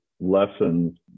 lessons